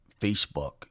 Facebook